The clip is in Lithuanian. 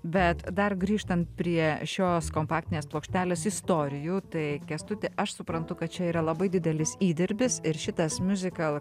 bet dar grįžtant prie šios kompaktinės plokštelės istorijų tai kęstuti aš suprantu kad čia yra labai didelis įdirbis ir šitas miuzikal